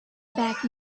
back